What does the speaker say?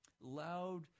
Loud